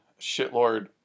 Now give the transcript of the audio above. Shitlord